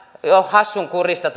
jo hassunkurista